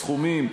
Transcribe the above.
סכומים,